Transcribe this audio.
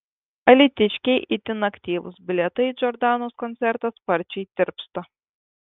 alytiškiai itin aktyvūs bilietai į džordanos koncertą sparčiai tirpsta